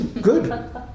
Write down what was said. Good